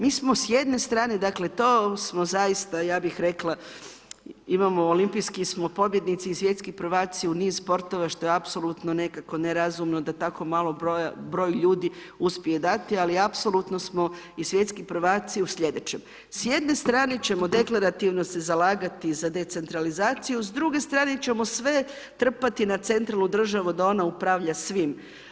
Mi smo s jedne strane dakle, to smo zaista ja bih rekla imamo olimpijski smo pobjednici i svjetski prvaci u niz sportova što je apsolutno nekako nerazumno da tako mali broj ljudi uspije dati, ali apsolutno smo i svjetski prvaci u sljedećem, s jedne strane ćemo deklarativno se zalagati za decentralizaciju, s druge strane ćemo sve trpati na centralnu državu da ona upravlja svim.